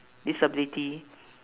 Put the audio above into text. disability